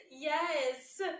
Yes